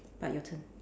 but your turn